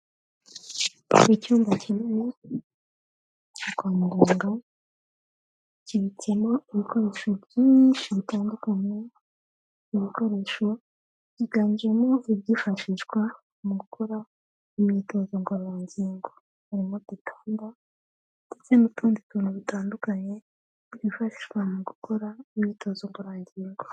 Icyumba kinini, cyo kwa muganga. Kibitsemo ibikoresho byinshi bitandukanye, ibikoresho byiganjemo ibyifashishwa mu gukora imyitozo ngororangingo. Harimo udutanda ndetse n'utundi tuntu dutandukanye, twifashishwa mu gukora imyitozo ngororangingo.